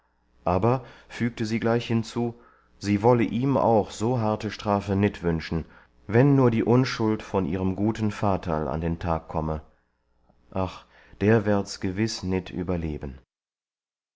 aber fügte sie gleich hinzu sie wolle ihm auch so harte strafe nit wünschen wenn nur die unschuld von ihrem guten vaterl an den tag komme ach der werd's gewiß nit überleben